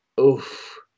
oof